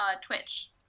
Twitch